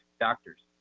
doctors,